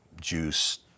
juice